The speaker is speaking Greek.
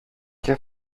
και